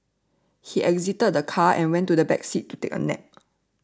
he exited the car and went to the back seat to take a nap